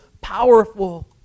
powerful